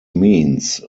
means